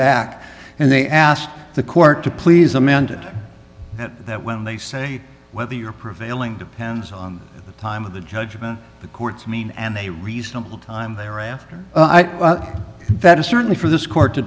back and they asked the court to please amend that when they say whether you're prevailing depends on the time of the judgment the court's mean and a reasonable time thereafter that is certainly for this court to